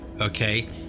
Okay